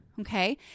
Okay